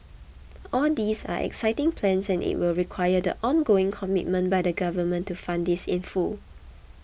all these are exciting plans and it will require the ongoing commitment by the Government to fund this in full